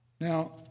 Now